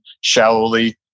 shallowly